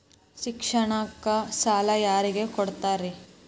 ಶಿಕ್ಷಣಕ್ಕ ಸಾಲ ಯಾರಿಗೆ ಕೊಡ್ತೇರಿ?